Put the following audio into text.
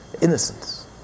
innocence